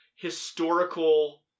historical